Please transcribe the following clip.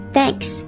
Thanks